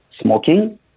smoking